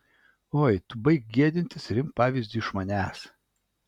oi tu tik baik gėdintis ir imk pavyzdį iš manęs